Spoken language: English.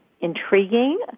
intriguing